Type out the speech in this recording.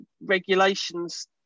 regulations